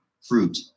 fruit